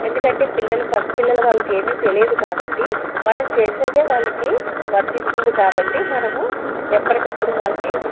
ఎందుకంటే పిల్లలు పసిపిల్లల వాళ్లకి ఏమీ తెలియదు కాబట్టి మనం చేసేదే వాళ్ళకి వర్తిస్తుంది కాబట్టి మనము ఎప్పటికప్పుడు వాళ్ళని